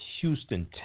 Houston